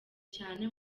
cyane